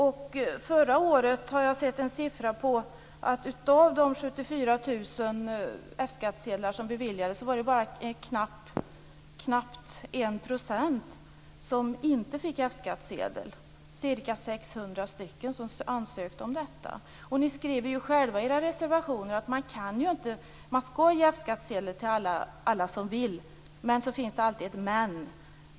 För förra året har jag sett en siffra på att av de 74 000 F skattsedlar som söktes var det bara knappt 1 % som inte beviljades. Det gällde ca 600 av dem som ansökte om detta. Ni skriver ju själva i era reservationer att man skall ge F-skattsedel till alla som vill. Men sedan finns det alltid ett "men".